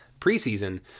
preseason